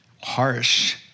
harsh